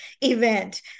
event